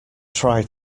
try